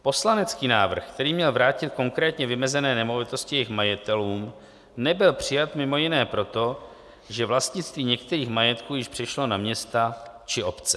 Poslanecký návrh, který měl vrátit konkrétně vymezené nemovitosti jejich majitelům, nebyl přijat mimo jiné proto, že vlastnictví některých majetků již přešlo na města či obce.